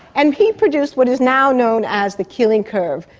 and he produced what is now known as the keeling curve,